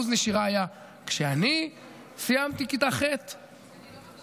אחוזי הנשירה כשאני סיימתי כיתה ח' בחמ"ד?